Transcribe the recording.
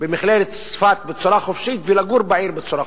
במכללת צפת בצורה חופשית ולגור בעיר בצורה חופשית.